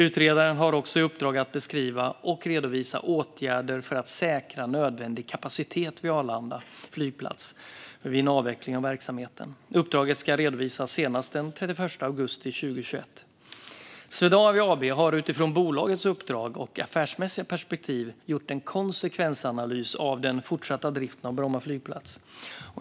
Utredaren har också i uppdrag att beskriva och redovisa åtgärder för att säkra nödvändig kapacitet vid Arlanda flygplats vid en avveckling av verksamheten. Uppdraget ska redovisas senast den 31 augusti 2021. Swedavia AB har utifrån bolagets uppdrag och affärsmässiga perspektiv gjort en konsekvensanalys av den fortsatta driften av Bromma flygplats.